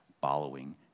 following